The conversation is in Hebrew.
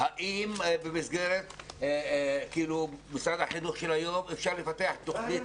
האם במשרד החינוך של היום אפשר לפתח תוכנית